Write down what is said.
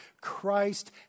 Christ